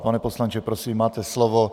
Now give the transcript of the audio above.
Pane poslanče, prosím, máte slovo.